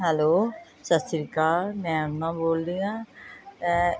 hello ਸਤਿ ਸ਼੍ਰੀ ਅਕਾਲ ਮੈਂ ਅਰੁਣਾ ਬੋਲ ਰਹੀ ਹਾਂ